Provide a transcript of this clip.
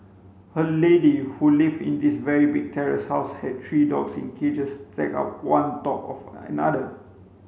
a lady who lived in this very big terrace house had three dogs in cages stacked on top of another